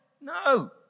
No